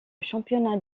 championnat